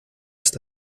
ist